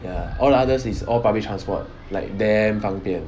ya all the others is all public transport like damn 方便